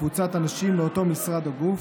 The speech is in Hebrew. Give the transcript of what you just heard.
קבוצת אנשים מאותו משרד או גוף,